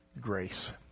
grace